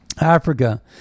Africa